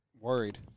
Worried